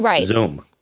zoom